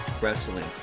wrestling